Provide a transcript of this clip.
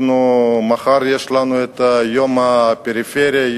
מחר יש לנו יום הפריפריה,